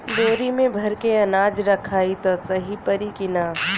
बोरी में भर के अनाज रखायी त सही परी की ना?